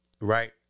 right